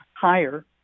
higher